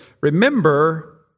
remember